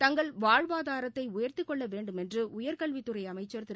தங்கள் வாழ்வாதாரத்தை உயர்த்திக் கொள்ள வேண்டும் என்று உயர்கல்வித் துறை அமைச்சர் திரு